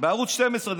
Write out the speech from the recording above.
בערוץ 12,